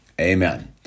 Amen